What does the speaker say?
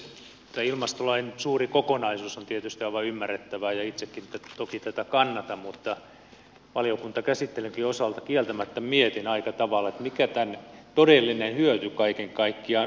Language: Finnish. tämä ilmastolain suuri kokonaisuus on tietysti aivan ymmärrettävää ja itsekin toki tätä kannatan mutta valiokuntakäsittelynkin osalta kieltämättä mietin aika tavalla mikä tämän todellinen hyöty kaiken kaikkiaan on